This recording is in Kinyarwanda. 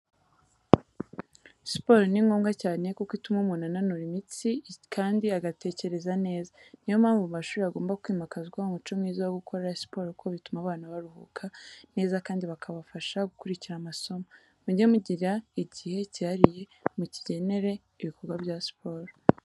Siporo ni ngombwa cyane kuko ituma umuntu ananura imitsi kandi agatekereza neza. Niyo mpamvu mu mashuri hagomba kwimakazwa umuco mwiza wo gukora siporo kuko bituma abana baruhuka neza kandi bakabafasha gukurikira amasomo. Mujye mugira igihe cyihariye mukigenere ibikorwa bya siporo.